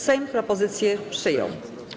Sejm propozycję przyjął.